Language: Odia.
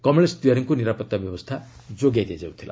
କମଳେଶ ତିୱାରୀଙ୍କୁ ନିରାପତ୍ତା ବ୍ୟବସ୍କା ଯୋଗାଇ ଦିଆଯାଇଥିଲା